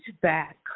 back